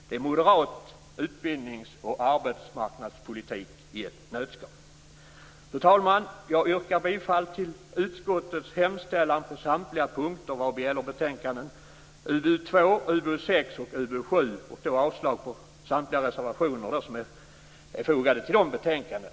Det är moderat utbildnings och arbetsmarknadspolitik i ett nötskal. Fru talman! Jag yrkar bifall till utskottets hemställan på samtliga punkter vad gäller betänkandena UbU2, UbU6 och UbU7 och avslag på samtliga reservationer som är fogade till dessa.